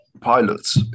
pilots